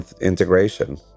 integration